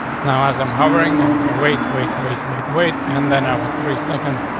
now, as i'm hovering, i'm gonna wait, wait, wait, wait, wait. and then after three seconds,